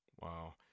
Wow